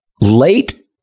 late